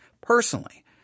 personally